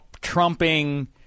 trumping